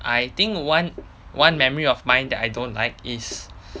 I think one one memory of mine that I don't like is